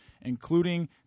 including